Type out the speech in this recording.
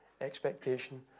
expectation